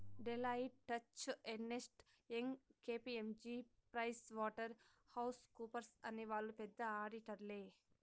Deloitte, Touche Ernst, Young KPMG Price Waterhouse కూపర్స్అనే వాళ్ళు పెద్ద ఆడిటర్లే